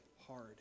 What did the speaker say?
hard